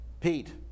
Pete